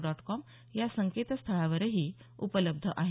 dot com या संकेतस्थळावरही उपलब्ध आहे